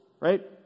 right